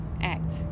act